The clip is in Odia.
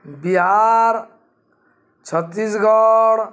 ବିହାର ଛତିଶଗଡ଼